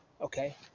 okay